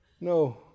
No